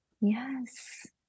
yes